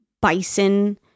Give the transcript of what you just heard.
bison